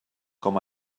com